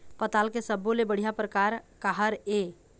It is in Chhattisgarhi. पताल के सब्बो ले बढ़िया परकार काहर ए?